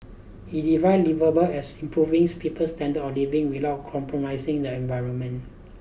he defined liveable as improving people's standards of living without compromising the environment